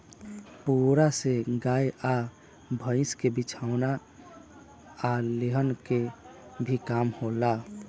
पुआरा से गाय आ भईस के बिछवाना आ लेहन के भी काम होला